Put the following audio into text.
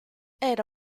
era